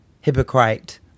hypocrite